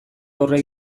aurre